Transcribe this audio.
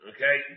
Okay